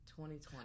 2020